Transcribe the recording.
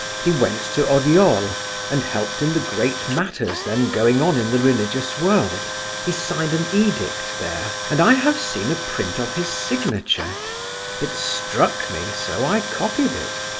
he went to oreol and helped in the great matters then going on in the religious world he signed an edict there, there, and i have seen a print of his signature it struck me, so i copied it.